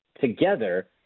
together